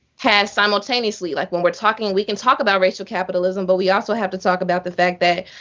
had simultaneously. like when we're talking we can talk about racial capitalism. but we also have to talk about the fact that